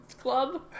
club